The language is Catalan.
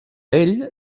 ell